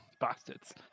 Bastards